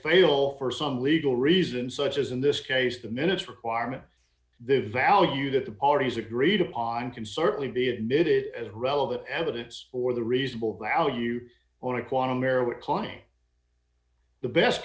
fail for some legal reasons such as in this case the minutes requirement the value that the parties agreed upon can certainly be admitted as relevant evidence for the reasonable value on a quantum erowid client the best